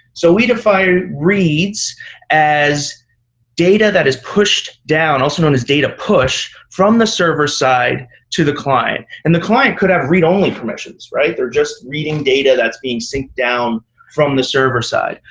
so we define reads as data that is pushed down, also known as data push, from the server side to the client. and the client could have read-only permissions, right? they're just reading data that's being synced down from the server side.